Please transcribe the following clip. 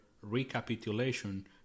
recapitulation